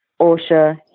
OSHA